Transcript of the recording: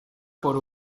por